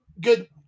good